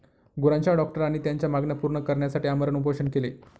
गुरांच्या डॉक्टरांनी त्यांच्या मागण्या पूर्ण करण्यासाठी आमरण उपोषण केले